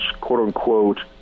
quote-unquote